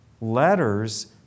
letters